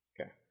Okay